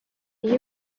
iyo